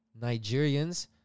Nigerians